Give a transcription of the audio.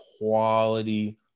quality